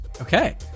Okay